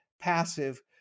passive